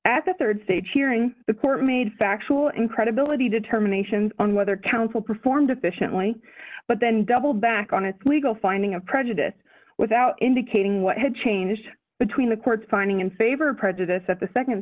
at the rd stage hearing the court made factual and credibility determinations on whether counsel performed efficiently but then doubled back on its legal finding of prejudice without indicating what had changed between the court's finding in favor of prejudice at the